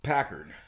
Packard